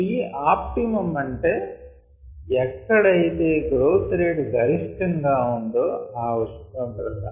T opt అంటే ఎక్కడైతే growth rate గరిష్టం గా ఉందొ ఆ ఉష్ణోగ్రత